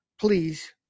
please